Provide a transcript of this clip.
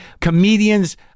Comedians